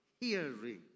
Hearing